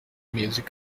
music